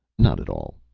not at all,